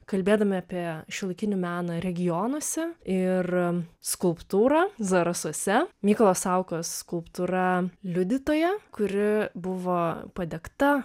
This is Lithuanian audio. kalbėdami apie šiuolaikinį meną regionuose ir skulptūrą zarasuose mykolo saukos skulptūra liudytoja kuri buvo padegta